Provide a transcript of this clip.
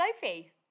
Sophie